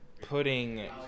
putting